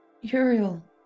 Uriel